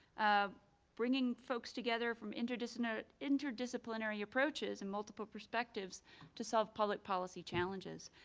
ah bringing folks together from interdisciplinary interdisciplinary approaches and multiple perspectives to solve public policy challenges.